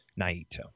Naito